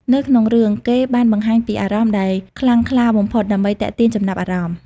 នៅក្នុងរឿង គេបានបង្ហាញពីអារម្មណ៍ដែលខ្លាំងក្លាបំផុតដើម្បីទាក់ទាញចំណាប់អារម្មណ៍។